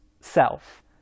self